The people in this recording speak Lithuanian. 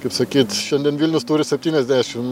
kaip sakyt šiandien vilnius turi septyniasdešim